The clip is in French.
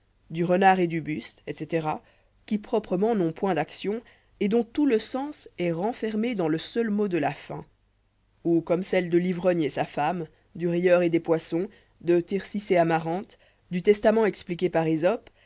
de du renard étdii buste etc qui'proprement n'ont point d'action et dont tout le sens est renfermé dans le seul mot de la fin ou comme celles de vi et sa femme du rieur et des poissons de tircis et amarante du testament expliqué par esope